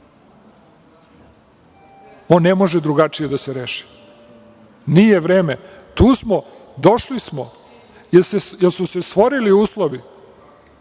On ne može drugačije da se reši. Nije vreme. Tu smo, došli smo jer su se stvorili uslovi.